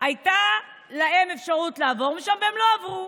הייתה להם אפשרות לעבור משם, והם לא עברו.